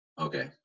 okay